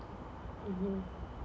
mmhmm